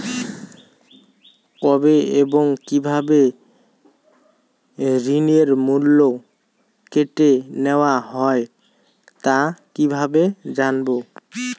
কবে এবং কিভাবে ঋণের মূল্য কেটে নেওয়া হয় তা কিভাবে জানবো?